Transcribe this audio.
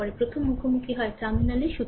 এর পরে প্রথম মুখোমুখি হয় টার্মিনালের